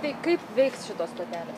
tai kaip veiks šitos stotelės